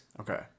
Okay